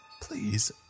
Please